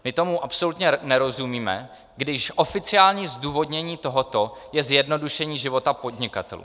My tomu absolutně nerozumíme, když oficiální zdůvodnění toho je zjednodušení života podnikatelů.